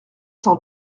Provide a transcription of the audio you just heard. cent